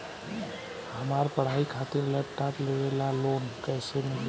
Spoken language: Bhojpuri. हमार पढ़ाई खातिर लैपटाप लेवे ला लोन कैसे मिली?